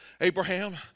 Abraham